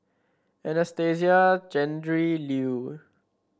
Anastasia Tjendri Liew